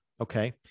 okay